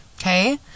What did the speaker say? okay